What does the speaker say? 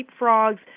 leapfrogs